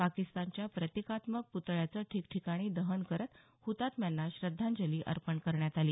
पाकिस्तानच्या प्रतिकात्मक प्तळ्याचं ठिकठिकाणी दहन करत हुतात्म्यांना श्रद्धांजली अर्पण करण्यात आली